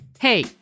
Hey